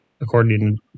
according